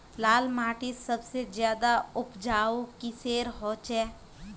लाल माटित सबसे ज्यादा उपजाऊ किसेर होचए?